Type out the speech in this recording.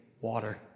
water